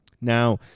Now